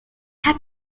how